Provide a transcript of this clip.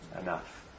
enough